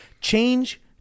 change